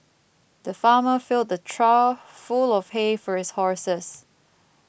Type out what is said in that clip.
the farmer filled a trough full of hay for his horses